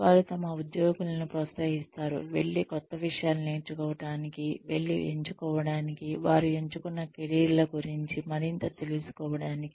వారు తమ ఉద్యోగులను ప్రోత్సహిస్తారు వెళ్లి కొత్త విషయాలు నేర్చుకోవటానికి వెళ్లి ఎంచుకోవడానికి వారు ఎంచుకున్న కెరీర్ల గురించి మరింత తెలుసుకోవడానికి